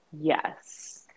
Yes